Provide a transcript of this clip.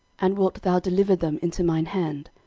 and wilt thou deliver them into mine hand?